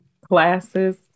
classes